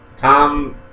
Tom